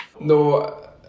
No